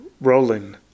rolling